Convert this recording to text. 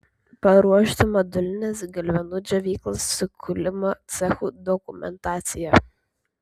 paruošti modulinės galvenų džiovyklos su kūlimo cechu dokumentaciją